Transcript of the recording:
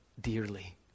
dearly